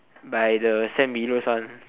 by the Sam Willows one